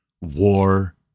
war